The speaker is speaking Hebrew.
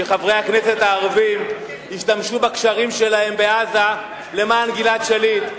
אם חברי הכנסת הערבים ישתמשו בקשרים שלהם בעזה למען גלעד שליט,